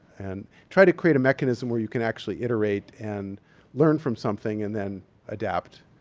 and try to create a mechanism where you can actually iterate and learn from something and then adapt.